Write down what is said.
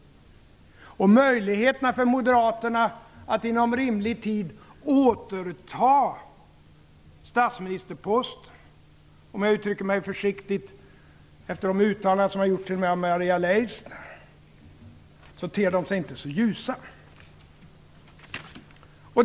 Möjligheterna för moderaterna att inom rimlig tid återta statsministerposten ter sig inte så ljusa, om jag uttrycker mig försiktigt efter de uttalanden som gjorts t.o.m. av Maria Leissner.